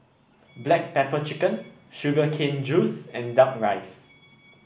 Black Pepper Chicken Sugar Cane Juice and duck rice